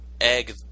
egg